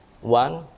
One